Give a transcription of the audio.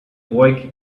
boy